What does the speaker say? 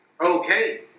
Okay